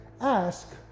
ask